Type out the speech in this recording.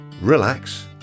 relax